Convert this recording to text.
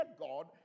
God